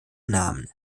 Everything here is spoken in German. namen